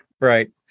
Right